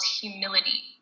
Humility